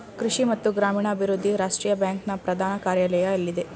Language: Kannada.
ಕೃಷಿ ಮತ್ತು ಗ್ರಾಮೀಣಾಭಿವೃದ್ಧಿ ರಾಷ್ಟ್ರೀಯ ಬ್ಯಾಂಕ್ ನ ಪ್ರಧಾನ ಕಾರ್ಯಾಲಯ ಎಲ್ಲಿದೆ?